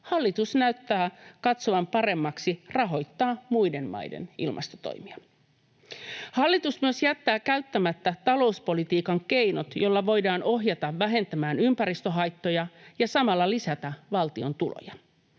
hallitus näyttää katsovan paremmaksi rahoittaa muiden maiden ilmastotoimia. Hallitus myös jättää käyttämättä talouspolitiikan keinot, joilla voidaan ohjata vähentämään ympäristöhaittoja ja samalla lisätä valtion tuloja.